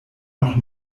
noch